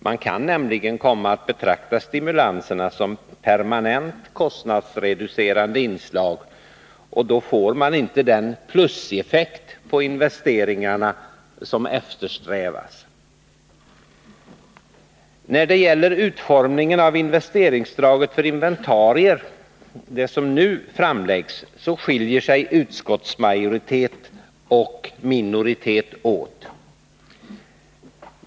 Man kan nämligen komma att betrakta stimulanserna som ett permanent kostnadsreducerande inslag, och då får man inte den pluseffekt på investeringarna som eftersträvas. När det gäller utformningen av investeringsavdraget för inventarier — det förslag som nu framlagts — skiljer sig utskottsmajoritet och minoritet åt.